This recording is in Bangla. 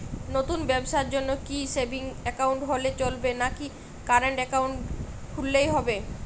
নতুন ব্যবসার জন্যে কি সেভিংস একাউন্ট হলে চলবে নাকি কারেন্ট একাউন্ট খুলতে হবে?